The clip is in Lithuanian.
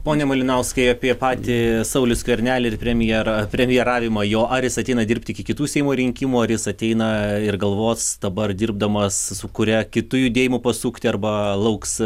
pone malinauskai apie patį saulių skvernelį ir premjerą premjeravimą jo ar jis ateina dirbti iki kitų seimo rinkimų ar jis ateina ir galvos dabar dirbdamas su kuria kitu judėjimu pasukti arba lauks